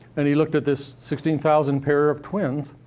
and he looked at this sixteen thousand pair of twins,